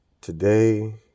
Today